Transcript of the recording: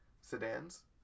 sedans